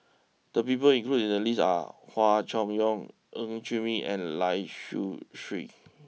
the people included in the list are Hua Chai Yong Ng Chee Meng and Lai Siu Chiu